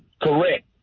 correct